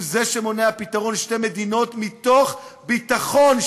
הוא זה שמונע פתרון שתי מדינות מתוך ביטחון,